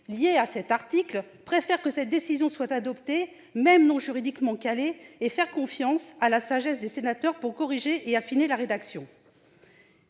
liées à cet article, a dit préférer que cette décision soit adoptée, même non juridiquement « calée », et faire confiance à la sagesse des sénateurs pour corriger et affiner la rédaction.